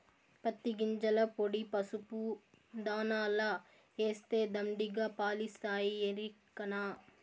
పత్తి గింజల పొడి పసుపు దాణాల ఏస్తే దండిగా పాలిస్తాయి ఎరికనా